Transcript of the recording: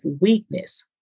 weakness